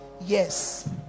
Yes